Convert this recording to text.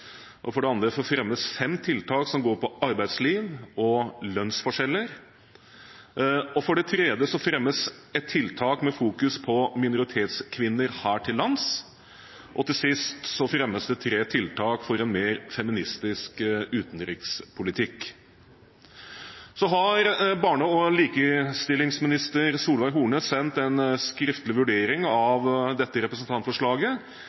unge. For det andre fremmes fem tiltak som går på arbeidsliv og lønnsforskjeller. For det tredje fremmes et tiltak med fokus på minoritetskvinner her til lands. Til sist fremmes det tre tiltak for en mer feministisk utenrikspolitikk. Barne- og likestillingsminister Solveig Horne har sendt en skriftlig vurdering av dette representantforslaget,